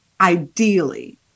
ideally